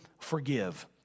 forgive